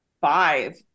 Five